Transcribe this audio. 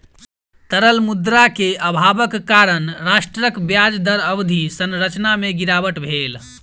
तरल मुद्रा के अभावक कारण राष्ट्रक ब्याज दर अवधि संरचना में गिरावट भेल